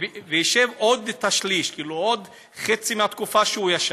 הוא ישב עוד שליש, עוד חצי מהתקופה שהוא ישב,